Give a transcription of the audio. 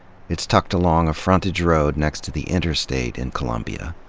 it's tucked along a frontage road next to the interstate in columbia.